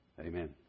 Amen